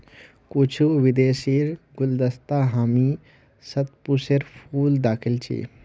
कुछू विदेशीर गुलदस्तात हामी शतपुष्पेर फूल दखिल छि